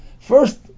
first